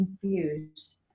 confused